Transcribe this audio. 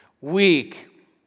weak